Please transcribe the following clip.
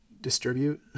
Distribute